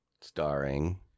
starring